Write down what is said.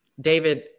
David